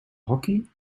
hockey